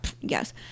yes